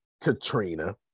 Katrina